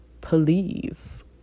Please